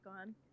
on